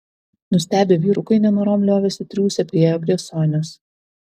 nustebę vyrukai nenorom liovėsi triūsę priėjo prie sonios